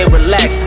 relax